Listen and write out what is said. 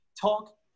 talk